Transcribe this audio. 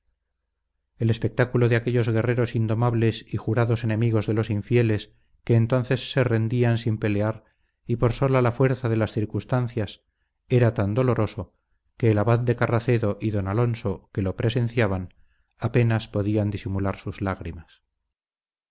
el espectáculo de aquellos guerreros indomables y jurados enemigos de los infieles que entonces se rendían sin pelear y por sola la fuerza de las circunstancias era tan doloroso que el abad de carracedo y don alonso que lo presenciaban apenas podían disimular sus lágrimas